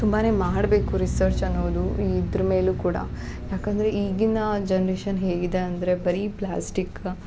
ತುಂಬಾನೆ ಮಾಡಬೇಕು ರಿಸರ್ಚ್ ಅನ್ನೋದು ಇದ್ರ ಮೇಲು ಕೂಡ ಯಾಕೆಂದರೆ ಈಗಿನ ಜನ್ರೇಷನ್ ಹೇಗಿದೆ ಅಂದರೆ ಬರೀ ಪ್ಲಾಸ್ಟಿಕ್